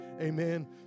Amen